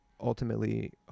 ultimately